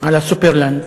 על ה"סופרלנד",